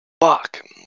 Fuck